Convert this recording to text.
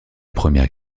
première